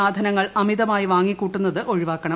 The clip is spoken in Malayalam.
സാധനങ്ങൾ അമിതമായി വാങ്ങിക്കൂട്ടുന്നത് ഒഴിവാക്കണം